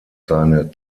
seine